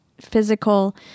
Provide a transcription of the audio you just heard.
physical